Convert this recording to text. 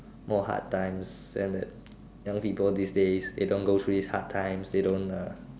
more hard times than the young people these days they don't go through hard times they don't